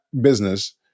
business